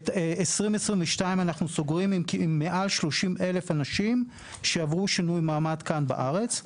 את 2022 אנחנו סוגרים עם מעל 30,000 אנשים שעברו שינוי מעמד כאן בארץ.